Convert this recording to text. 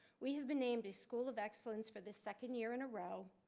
we have been named a school of excellence for the second year in a row.